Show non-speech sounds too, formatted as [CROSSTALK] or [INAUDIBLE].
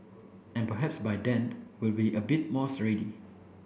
and perhaps by then we will a bit more [UNINTELLIGIBLE] ready